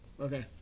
okay